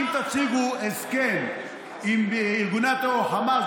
אם תציגו הסכם עם ארגוני הטרור החמאס,